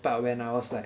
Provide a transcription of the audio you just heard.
but when I was like